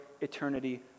eternity